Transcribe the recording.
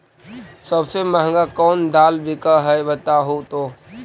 सबसे महंगा कोन दाल बिक है बताहु तो?